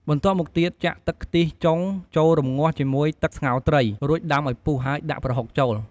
បន្ទាប់មកទៀតចាក់ទឹកខ្ទិះចុងចូលរម្ងាស់ជាមួយទឹកស្ងោរត្រី រួចដាំឱ្យពុះហើយដាក់ប្រហុកចូល។